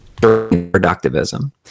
Productivism